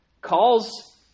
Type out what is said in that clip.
calls